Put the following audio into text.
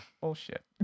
bullshit